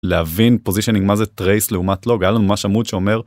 להבין פוזיישנינג מה זה טרייס לעומת לוג, היה לנו ממש עמוד שאומר.